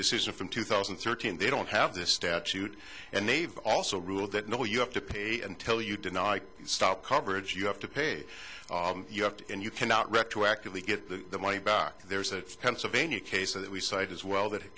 decision from two thousand and thirteen they don't have this statute and they've also ruled that no you have to pay until you deny stop coverage you have to pay you have to and you cannot retroactively get the money back there's a pennsylvania case that we cited as well that it